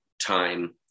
time